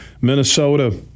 Minnesota